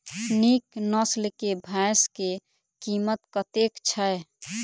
नीक नस्ल केँ भैंस केँ कीमत कतेक छै?